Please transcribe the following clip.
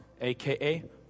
aka